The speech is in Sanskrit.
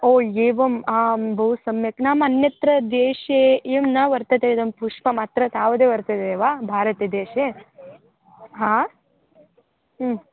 ओ एवम् आम् बहु सम्यक् नाम अन्यत्र देशे इयं न वर्तते इदं पुष्पमत्र तावदे वर्तते वा भारतदेशे हा